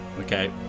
Okay